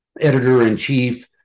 editor-in-chief